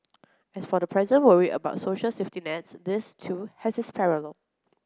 as for the present worry about social safety nets this too has its parallel